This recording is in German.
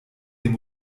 dem